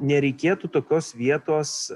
nereikėtų tokios vietos